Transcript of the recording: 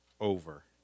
over